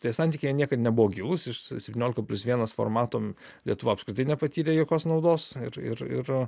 tie santykiai niekad nebuvo gilūs iš septyniolika plius vienas formato lietuva apskritai nepatyrė jokios naudos ir ir ir